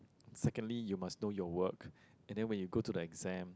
secondly you must know your work and then when you go to the exam